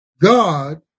God